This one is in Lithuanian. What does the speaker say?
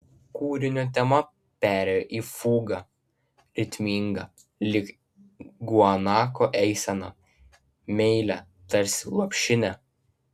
kūrinio tema perėjo į fugą ritmingą lyg guanako eisena meilią tarsi lopšinė